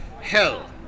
hell